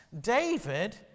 David